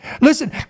Listen